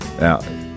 Now